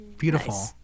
Beautiful